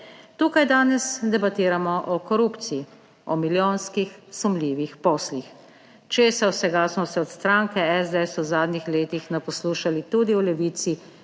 Tu danes debatiramo o korupciji, o milijonskih sumljivih poslih, česar vsega smo se od stranke SDS v zadnjih letih naposlušali tudi v Levici,